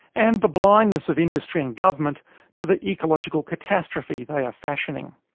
and the blindness of industry and government to the ecological catastrophe they are fashioning.